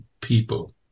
people